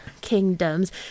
kingdoms